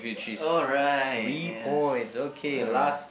alright yes alright